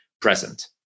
present